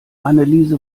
anneliese